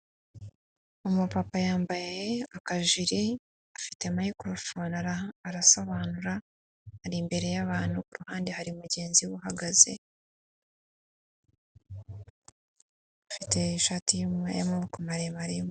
Umu papa yambaye akajiri afite mikorofone arasobanura, ari imbere y'abantu ku ruhande hari mugenzi we uhagaze afite ishati y'amaboko maremare y'umweru.